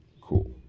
Cool